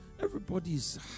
everybody's